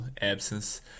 absence